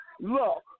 look